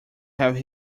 have